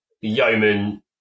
Yeoman